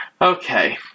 Okay